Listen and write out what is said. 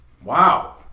Wow